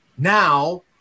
Now